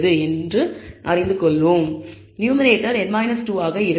numerator n 2 ஆக இருக்கும்